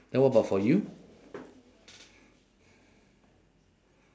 then what about for you